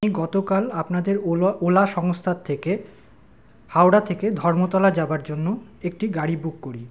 আমি গতকাল আপনাদের ওলা ওলা সংস্থার থেকে হাওড়া থেকে ধর্মতলা যাওয়ার জন্য একটি গাড়ি বুক করি